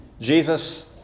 Jesus